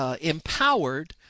empowered